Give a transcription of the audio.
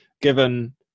given